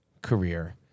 career